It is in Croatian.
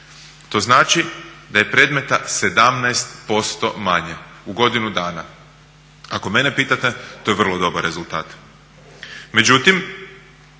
To znači da je predmeta 17% manje u godinu dana. Ako mene pitate to je vrlo dobar rezultat.